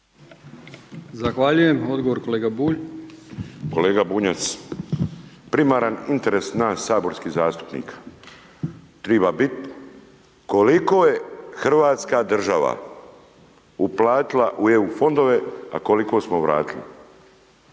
Zahvaljujem. Odgovor, kolega Bulj. **Bulj, Miro (MOST)** Kolega Bunjac. Primaran interes nas saborskih zastupnika treba biti koliko je hrvatska država uplatila u EU fondove, a koliko smo vratili.